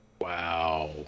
Wow